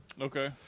okay